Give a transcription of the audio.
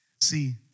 See